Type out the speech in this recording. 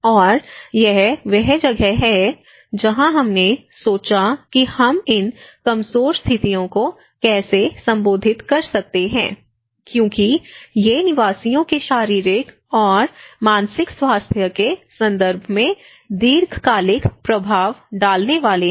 और यह वह जगह है जहां हमने सोचा कि हम इन कमजोर स्थितियों को कैसे संबोधित कर सकते हैं क्योंकि ये निवासियों के शारीरिक और मानसिक स्वास्थ्य के संदर्भ में दीर्घकालिक प्रभाव डालने वाले हैं